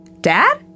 Dad